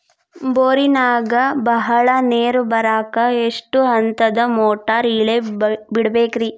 ಬೋರಿನಾಗ ಬಹಳ ನೇರು ಬರಾಕ ಎಷ್ಟು ಹಂತದ ಮೋಟಾರ್ ಇಳೆ ಬಿಡಬೇಕು ರಿ?